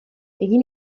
egin